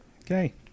Okay